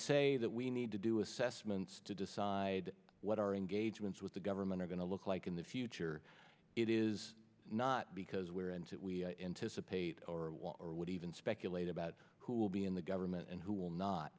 say that we need to do assessments to decide what our engagements with the government are going to look like in the future it is not because we are and that we anticipate or even speculate about who will be in the government and who will not